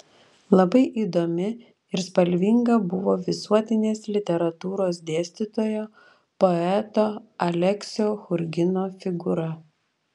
labai įdomi ir spalvinga buvo visuotinės literatūros dėstytojo poeto aleksio churgino figūra